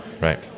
Right